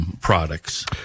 products